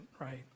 right